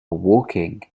walking